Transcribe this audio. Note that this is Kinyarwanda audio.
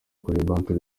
cogebanque